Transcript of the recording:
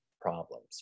problems